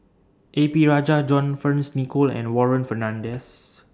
A P Rajah John Fearns Nicoll and Warren Fernandez